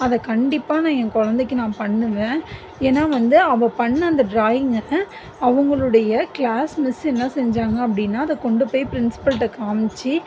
அதைக் கண்டிப்பாக நான் என் குழந்தைக்கு நான் பண்ணுவேன் ஏன்னால் வந்து அவள் பண்ண அந்த ட்ராயிங்கை அவங்களுடைய கிளாஸ் மிஸ்ஸு என்ன செஞ்சாங்க அப்படின்னா அதைக் கொண்டு போய் பிரின்ஸ்பல்கிட்ட காமிச்சி